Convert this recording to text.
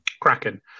kraken